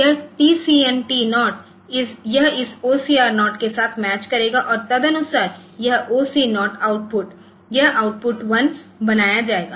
यह TCNT 0 यह इस OCR 0 के साथ मैच करेगा और तदनुसार यह OC 0 आउटपुट यह आउटपुट 1 बनाया जाएगा